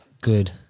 Good